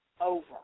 over